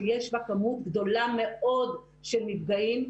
שיש בה כמות גדולה מאוד של נפגעים,